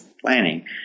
planning